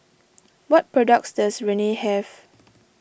what products does Rene have